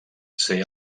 ser